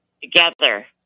together